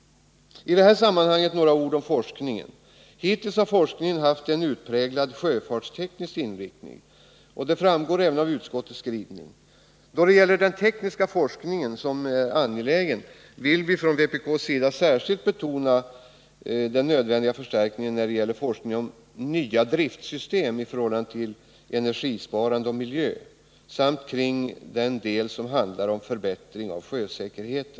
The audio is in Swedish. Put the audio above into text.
I detta sammanhang vill jag också säga några ord om forskningen. Hittills har forskningen haft en utpräglad sjöfartsteknisk inriktning. Det framgår även av utskottets skrivning. Då det gäller den angelägna tekniska forskningen vill vi från vpk:s sida särskilt betona att det är nödvändigt med en förstärkning av forskningen i fråga om nya driftsystem i förhållande till energisparande och miljö samt den del som handlar om en förbättrad sjösäkerhet.